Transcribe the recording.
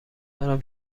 دارم